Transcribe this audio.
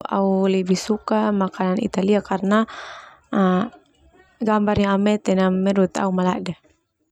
Au lebih suka makanan Italia karna gambar au mete na menurut au malada.